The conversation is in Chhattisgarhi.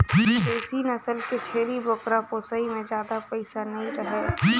देसी नसल के छेरी बोकरा पोसई में जादा फायदा नइ रहें